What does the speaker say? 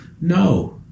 no